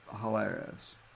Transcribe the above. hilarious